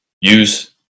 use